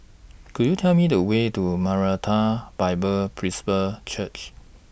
Could YOU Tell Me The Way to Maranatha Bible Presby Church